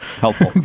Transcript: Helpful